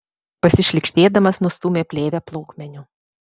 pasišlykštėdamas nustūmė plėvę plaukmeniu